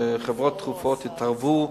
שחברות תרופות התערבו,